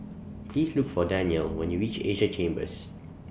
Please Look For Danyel when YOU REACH Asia Chambers